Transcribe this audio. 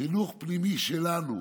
חינוך פנימי שלנו,